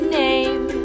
name